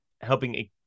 helping